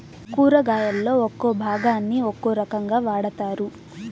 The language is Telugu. కూరగాయలలో ఒక్కో భాగాన్ని ఒక్కో రకంగా వాడతారు